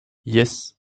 yes